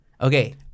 Okay